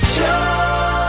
Show